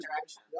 direction